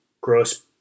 gross